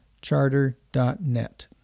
charter.net